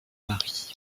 mari